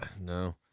No